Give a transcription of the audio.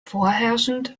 vorherrschend